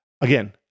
again